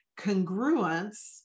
congruence